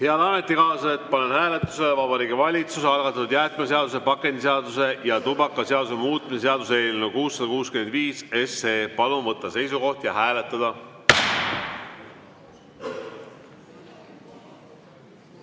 Head ametikaaslased, panen hääletusele Vabariigi Valitsuse algatatud jäätmeseaduse, pakendiseaduse ja tubakaseaduse muutmise seaduse eelnõu 665. Palun võtta seisukoht ja hääletada!